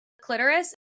clitoris